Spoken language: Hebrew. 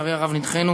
ולצערי הרב נדחינו,